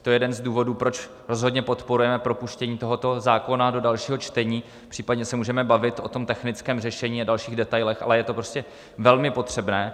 Je to jeden z důvodů, proč rozhodně podporujeme propuštění tohoto zákona do dalšího čtení, případně se můžeme bavit o technickém řešení a dalších detailech, ale je to prostě velmi potřebné.